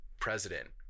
president